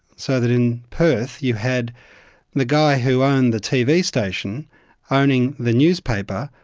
so that in perth you had the guy who owned the tv station owning the newspaper,